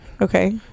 Okay